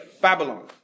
Babylon